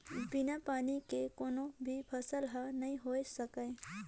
बिन पानी के कोनो भी फसल हर नइ होए सकय